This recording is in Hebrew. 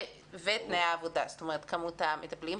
ותנאי העבודה, זאת אומרת, כמות המטפלים.